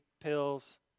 pills